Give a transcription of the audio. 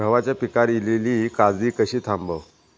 गव्हाच्या पिकार इलीली काजळी कशी थांबव?